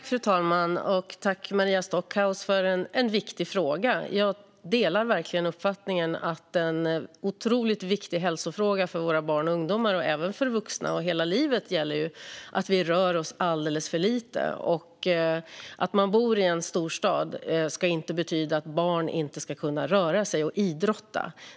Fru talman! Tack, Maria Stockhaus, för en viktig fråga! Jag delar verkligen uppfattningen att detta är en otroligt viktig hälsofråga för våra barn och ungdomar och även för vuxna. I hela livet gäller att vi rör oss alldeles för lite. Att man bor i en storstad ska inte betyda att barn inte ska kunna röra sig och idrotta.